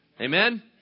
Amen